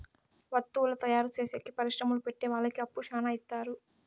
వత్తువుల తయారు చేసేకి పరిశ్రమలు పెట్టె వాళ్ళకి అప్పు శ్యానా ఇత్తారు